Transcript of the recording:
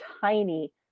tiny